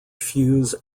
fuse